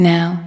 Now